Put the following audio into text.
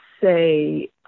say